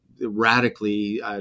radically